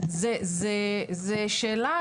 זאת שאלה